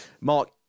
Mark